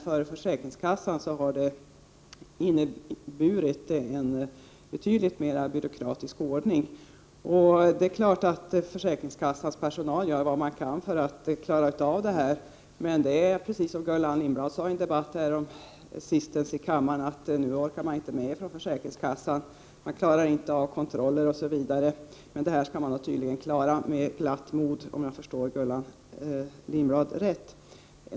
För försäkringskassan har det dock inneburit en betydligt mer byråkratisk ordning. Försäkringskassans personal gör naturligtvis vad den kan för att klara av detta. Men det är precis som Gullan Lindblad för en tid sedan sade i en debatt i kammaren, nämligen att man inte orkar med mera på försäkringskassorna. Försäkringskassorna klarar inte av att genomföra kontroller osv. Men detta skall man tydligen klara med glatt mod, om jag förstår Gullan Lindblad rätt.